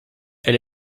elle